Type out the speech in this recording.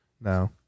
No